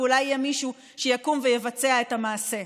ואולי יהיה מישהו שיקום ויבצע את המעשה.